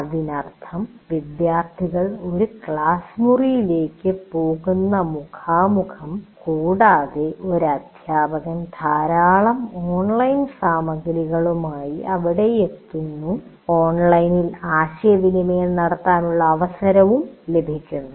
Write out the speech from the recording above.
അതിനർത്ഥം വിദ്യാർത്ഥികൾ ഒരു ക്ലാസ് മുറിയിലേക്ക് പോകുന്ന മുഖാമുഖം കൂടാതെ ഒരു അധ്യാപകൻ ധാരാളം ഓൺലൈൻ സാമഗ്രികളുമായി അവിടെയെത്തുന്നു ഓൺലൈനിൽ ആശയവിനിമയം നടത്താനുള്ള അവസരവും ലഭിക്കുന്നു